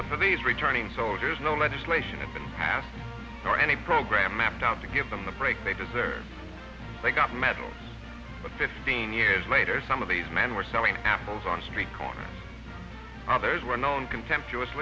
but for these returning soldiers no legislation in the past or any program mapped out to give them the break they deserved they got medals but fifteen years later some of these men were selling apples on street corners others were known contemptuous